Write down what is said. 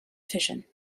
fission